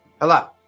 Hello